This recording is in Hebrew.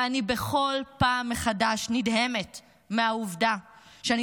ואני בכל פעם מחדש נדהמת מהעובדה שאני